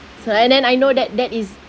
so and then I know that that is